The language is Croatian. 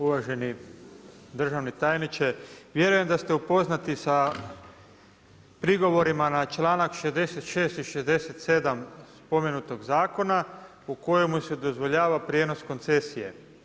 Uvaženi državni tajniče, vjerujem da ste upoznati sa prigovorima na članak 66. i 67. spomenutog zakona u kojemu se dozvoljava prijenos koncesije.